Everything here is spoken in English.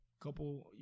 couple